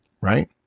right